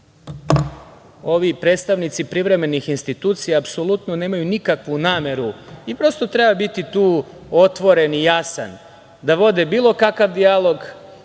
ovi predstavnici privremenih institucija apsolutno nemaju nikakvu nameru, i prosto treba biti tu otvoren i jasan, da vode bilo kakav dijalog,